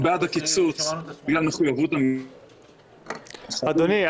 אנחנו בעד הקיצוץ בגלל מחויבות לדוגמה אישית --- אדוני,